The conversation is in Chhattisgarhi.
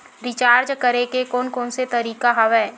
रिचार्ज करे के कोन कोन से तरीका हवय?